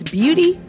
beauty